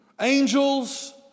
angels